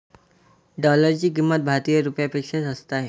डॉलरची किंमत भारतीय रुपयापेक्षा जास्त आहे